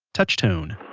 touch tone.